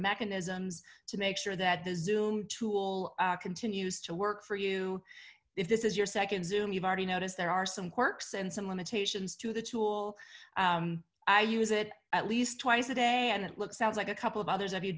mechanisms to make sure that the zoom tool continues to work for you if this is your second zoom you've already noticed there are some quirks and some limitations to the tool i use it at least twice a day and it looks ounds like a couple of others